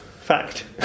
fact